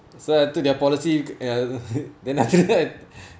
so I took their policy ya then after that